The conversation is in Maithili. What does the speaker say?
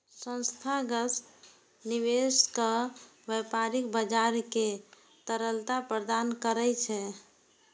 संस्थागत निवेशक व्यापारिक बाजार कें तरलता प्रदान करै छै